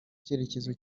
cyerekezo